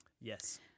yes